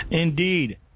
Indeed